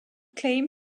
claim